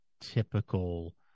typical